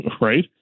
right